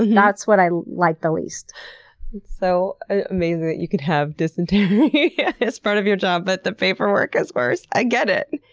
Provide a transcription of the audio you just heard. that's what i liked the least it's so amazing that you could have dysentery as part of your job, but the paperwork is worse. i get it.